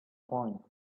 point